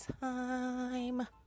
time